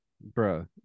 bro